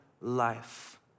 life